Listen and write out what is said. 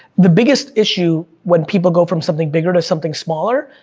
the biggest issue when people go from something bigger to something smaller,